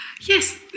yes